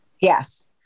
yes